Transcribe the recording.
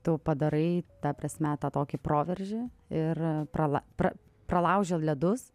tu padarai ta prasme tą tokį proveržį ir prala pralauži ledus